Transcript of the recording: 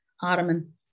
Ottoman